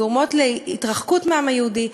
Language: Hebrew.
גורמות להתרחקות מהעם היהודי,